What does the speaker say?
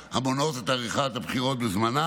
המונעות את עריכת הבחירות בזמנן,